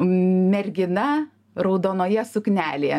mergina raudonoje suknelėje